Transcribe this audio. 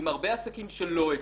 יש בסעיף, באותו סעיף 4,